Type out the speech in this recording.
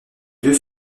deux